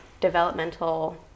developmental